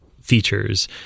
features